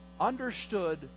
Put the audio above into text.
understood